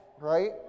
Right